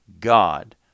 God